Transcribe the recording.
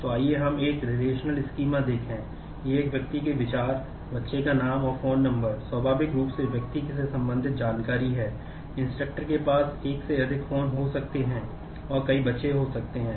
तो आइए हम एक रिलेशनल और स्वाभाविक रूप से व्यक्ति से संबंधित जानकारी है instructor के पास एक से अधिक फोन हो सकते हैं और कई बच्चे हो सकते हैं